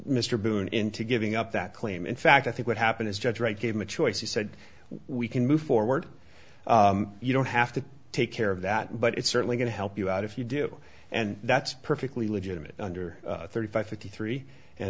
mr boone into giving up that claim in fact i think what happened is judge wright gave him a choice he said we can move forward you don't have to take care of that but it's certainly going to help you out if you do and that's perfectly legitimate under thirty five fifty three and